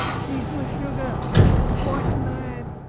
she's meshugga quite mad!